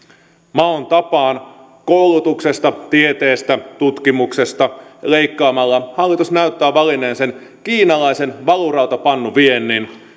maon tapaan koulutuksesta tieteestä tutkimuksesta leikkaamalla hallitus näyttää valinneen sen kiinalaisen valurautapannuviennin